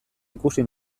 ikusi